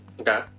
Okay